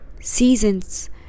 seasons